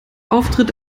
auftritt